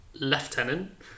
Lieutenant